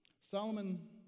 Solomon